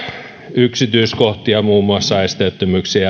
yksityiskohtia muun muassa esteettömyyksiä